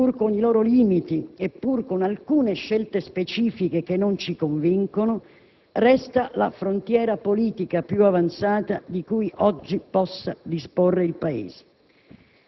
pur con i loro limiti e pur con alcune scelte specifiche che non ci convincono, resti la frontiera politica più avanzata di cui oggi possa disporre il Paese.